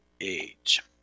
age